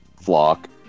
flock